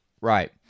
Right